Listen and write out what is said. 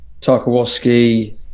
Tarkowski